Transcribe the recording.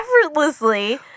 effortlessly